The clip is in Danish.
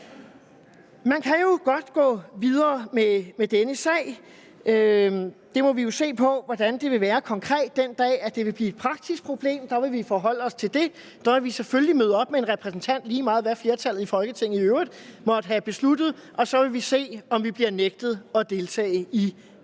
Man kan jo godt gå videre med denne sag. Vi må jo se på, hvordan det vil være konkret. Den dag det vil blive et praktisk problem, vil vi forholde os til det. Der vil vi selvfølgelig møde op med en repræsentant, lige meget hvad flertallet i Folketinget i øvrigt måtte have besluttet, og så vil vi se, om vi bliver nægtet at deltage i debatten.